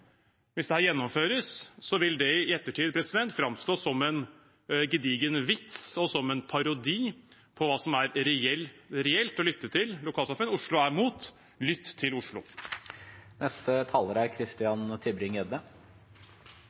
Hvis dette gjennomføres, vil det i ettertid framstå som en gedigen vits og som en parodi på hva som er – reelt – å lytte til lokalsamfunn. Oslo er imot – lytt til Oslo. Det er